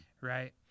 Right